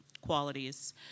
qualities